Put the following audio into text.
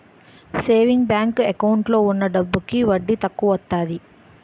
saving bank account లో ఉన్న డబ్బులకి వడ్డీ తక్కువత్తాది